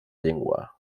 llengua